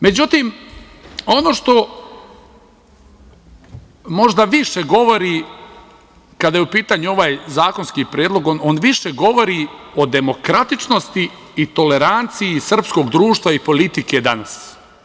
Međutim, ono što možda više govori kada je u pitanju ovaj zakonski predlog, on više govori o demokratičnosti i toleranciji srpskog društva i politike danas.